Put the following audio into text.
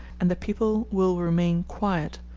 and the people will remain quiet,